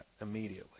immediately